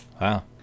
wow